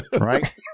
Right